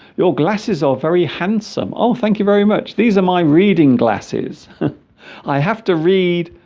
your glasses are very handsome oh thank you very much these are my reading glasses i have to read